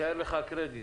שיישאר לך הקרדיט.